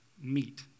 meet